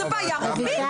זאת בעיה רוחבית.